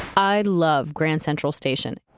i love grand central station.